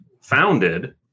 founded